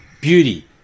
Beauty